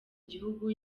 gihugu